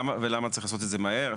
ולמה צריך לעשות את זה מהר.